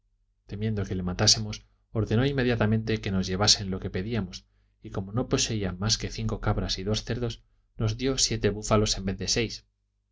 temiendo que le matásemos ordenó inmediatamente que nos llevasen lo que pedíamos y como no poseía más que cinco cabras y dos cerdos nos dio siete búfalos en vez de seis